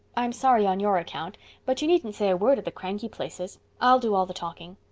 i'm sorry on your account but you needn't say a word at the cranky places. i'll do all the talking.